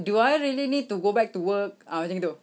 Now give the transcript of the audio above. do I really need to go back to work ah macam gitu